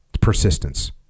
Persistence